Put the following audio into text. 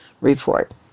report